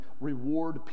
reward